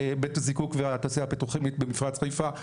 בית הזיקוק והתעשייה הפטרוכימית במפרץ חיפה.